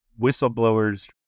whistleblowers